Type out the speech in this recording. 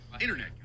internet